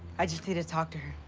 i just need to talk to her.